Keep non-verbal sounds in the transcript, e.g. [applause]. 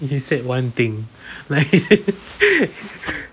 you said one thing but I didn't [laughs]